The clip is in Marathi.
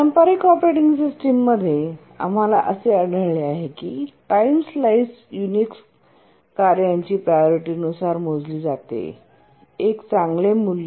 पारंपारिक ऑपरेटिंग सिस्टम मध्ये आम्हाला असे आढळले की टाइम स्लाइस युनिक्स कार्यांची प्रायोरिटी नुसार मोजली जाते एक चांगले मूल्य